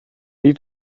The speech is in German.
wie